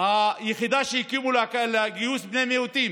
היחידה שהקימו לגיוס בני מיעוטים,